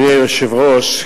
אדוני היושב-ראש,